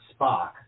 Spock